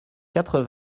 quatre